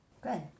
good